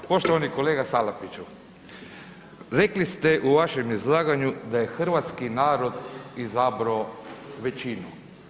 Poštovani kolega Salapiću, rekli ste u vašem izlaganju da je hrvatski narod izabrao većinu.